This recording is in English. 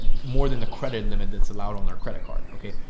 more than the credit limit that's allowed on their credit card. okay.